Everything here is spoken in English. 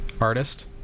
artist